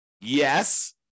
Yes